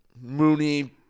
Mooney-